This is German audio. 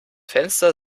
fenster